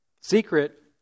Secret